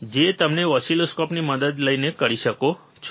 જે તમે ઓસિલોસ્કોપની મદદ લઈને કરી શકો છો